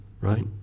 Right